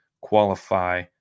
qualify